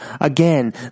Again